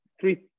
three